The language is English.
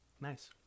Nice